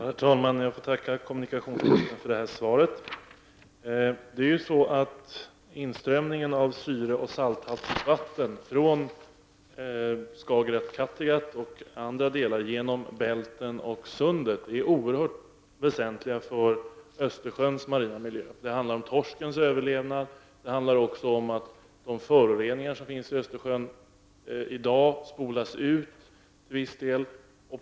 Herr talman! Jag tackar kommunikationsministern för svaret. Inströmningen av syreoch salthaltigt vatten från Skagerrak och Kattegatt via Bälten och Sundet är oerhört väsentlig för Östersjöns marina miljö. Det handlar om torskens överlevnad och om att de föroreningar som i dag finns i Östersjön till viss del spolas ut.